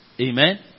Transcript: Amen